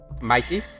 Mikey